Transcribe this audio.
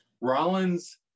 Rollins